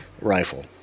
rifle